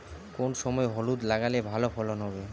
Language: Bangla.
কোন সময় হলুদ লাগালে ভালো ফলন হবে?